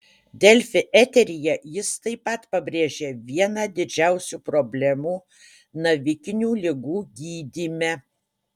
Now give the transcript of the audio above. delfi eteryje jis taip pat pabrėžė vieną didžiausių problemų navikinių ligų gydyme